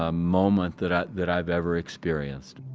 ah moment that, ah that i've ever experienced.